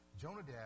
Jonadab